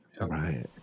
right